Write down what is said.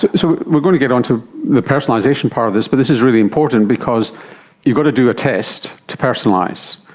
so we are going to get on to the personalisation part of this, but this is really important because you've got to do a test to personalise.